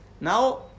now